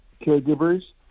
caregivers